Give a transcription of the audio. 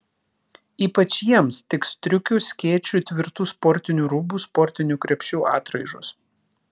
ypač jiems tiks striukių skėčių tvirtų sportinių rūbų sportinių krepšių atraižos